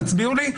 תצביעו לי?